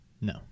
No